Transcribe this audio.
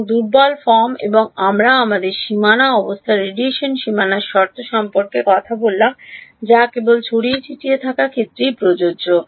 এবং দুর্বল ফর্ম এবং আমরা আমাদের সীমানা অবস্থা রেডিয়েশন সীমানা শর্ত সম্পর্কে কথা বললাম যা কেবল ছড়িয়ে ছিটিয়ে থাকা ক্ষেত্রেই প্রযোজ্য